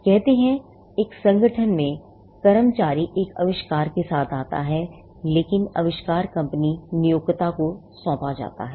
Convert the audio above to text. कहते हैं एक संगठन में एक कर्मचारी एक आविष्कार के साथ आता है लेकिन आविष्कार कंपनी नियोक्ता को सौंपा जाता है